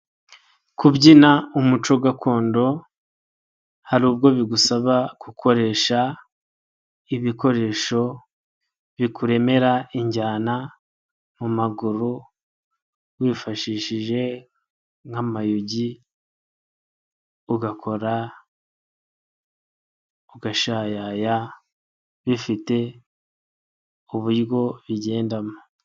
Kubyina umuco gakondo hari ubwo bigusaba gukoresha ibikoresho bikuremera injyana, mu maguru wifashishije nk'amayugi ugakora, ugashayaya bifite uburyo bigendamo.